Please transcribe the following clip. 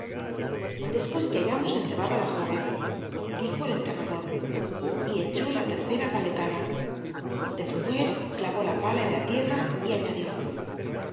despues que hayamos enterrado á la jóven dijo el enterrador y echó la tercera paletada despues clavó la pala en la tierra y añadió